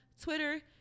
Twitter